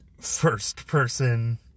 first-person